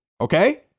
Okay